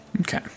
Okay